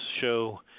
show